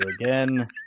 again